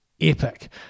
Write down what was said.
epic